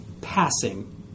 passing